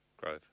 Grove